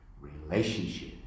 Relationship